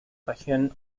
región